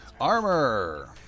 Armor